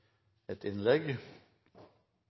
et